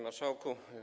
Marszałku!